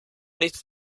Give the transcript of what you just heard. nichts